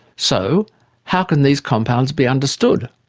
so how can these compounds be understood?